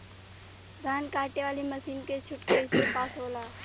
धान कांटेवाली मासिन के छूट कईसे पास होला?